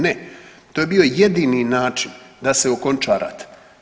Ne, to je bio jedini način da se okonča rat.